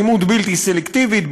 אלימות בלתי סלקטיבית,